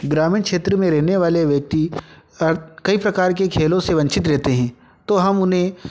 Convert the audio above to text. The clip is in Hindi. ग्रामीण क्षेत्र में रहने वाले व्यक्ति कई प्रकार के खेलों से वंचित रहते हैं तो हम उन्हें